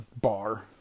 bar